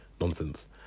nonsense